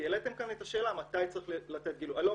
כי העליתם כאן את השאלה מתי צריך לתת גילוי.